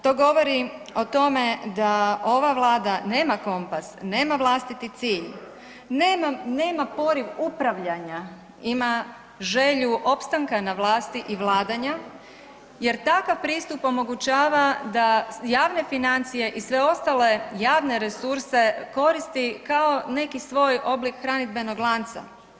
To govori o tome da ova Vlada nema kompas, nema vlastiti cilj, nema poriv upravljanja, ima želju opstanka na vlasti i vladanja jer takav pristup omogućava da javne financije i sve ostale javne resurse koristi kao neki svoj oblik hranidbenog lanca.